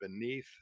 beneath